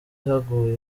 haguye